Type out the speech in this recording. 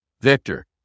Victor